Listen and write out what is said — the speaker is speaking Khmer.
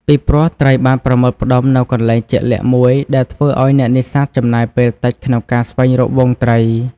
ពីព្រោះ ត្រីបានប្រមូលផ្តុំនៅកន្លែងជាក់លាក់មួយ ដែលធ្វើឱ្យអ្នកនេសាទចំណាយពេលតិចក្នុងការស្វែងរកហ្វូងត្រី។